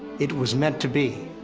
it was meant to be.